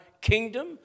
kingdom